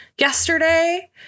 yesterday